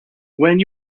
when